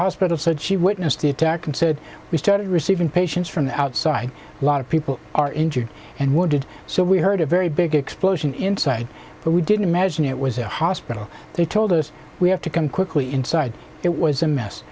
hospital said she witnessed the attack and said we started receiving patients from the outside lot of people are injured and wounded so we heard a very big explosion inside but we didn't imagine it was a hospital they told us we have to come quickly inside it was a mess